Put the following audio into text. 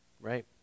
Right